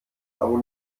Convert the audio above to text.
aber